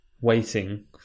waiting